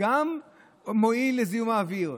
זה גם מועיל לזיהום האוויר.